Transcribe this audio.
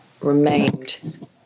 remained